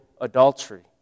adultery